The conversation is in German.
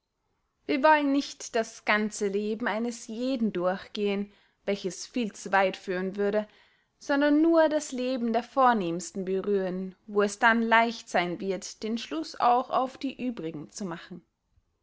wir wollen nicht das ganze leben eines jeden durchgehen welches viel zu weit führen würde sondern nur das leben der vornehmsten berühren wo es dann leicht seyn wird den schluß auch auf die übrigen zu machen